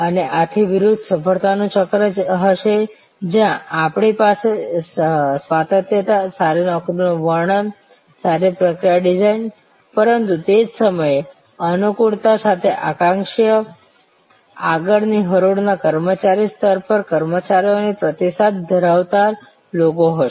અને આની વિરુદ્ધ સફળતાનું ચક્ર હશે જ્યાં આપણી પાસે સ્વાયત્તતા સારી નોકરીનું વર્ણન સારી પ્રક્રિયા ડિઝાઇન પરંતુ તે જ સમયે અનુકૂળ માટે અક્ષાંશ આગળ ની હરોળ ના કર્મચારી સ્તર પર કર્મચારીઓનો પ્રતિસાદ ધરાવતા લોકો હશે